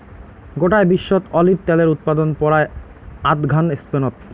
গোটায় বিশ্বত অলিভ ত্যালের উৎপাদন পরায় আধঘান স্পেনত